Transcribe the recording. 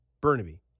Burnaby